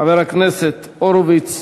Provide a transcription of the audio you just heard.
חבר הכנסת הורוביץ,